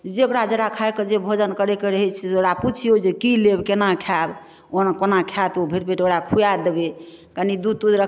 जकरा जकरा खाइके जे भोजन करैके रहै छै जकरा पुछिऔ जे कि लेब कोना खाएब कोना खाएत ओ भरि पेट ओकरा खुआ देबै कनि दूध तूध रख